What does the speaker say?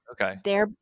Okay